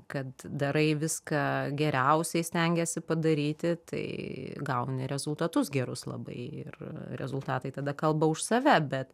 kad darai viską geriausiai stengiesi padaryti tai gauni rezultatus gerus labai ir rezultatai tada kalba už save bet